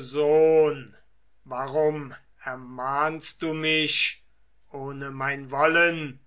sohn warum ermahnst du mich ohne mein wollen